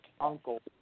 Uncle